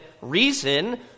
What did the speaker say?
reason